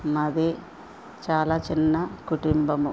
మాది చాలా చిన్న కుటుంబము